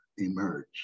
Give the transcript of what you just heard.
emerge